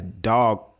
dog